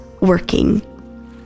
working